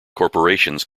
corporations